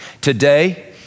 Today